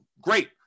Great